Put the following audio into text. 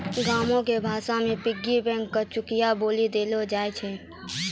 गांवो के भाषा मे पिग्गी बैंको के चुकियो बोलि देलो जाय छै